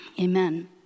Amen